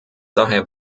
daher